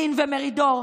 לין ומרידור,